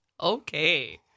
Okay